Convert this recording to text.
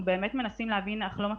אנחנו באמת מנסים להבין ואנחנו לא מצליחים,